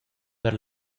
per